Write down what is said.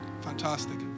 Fantastic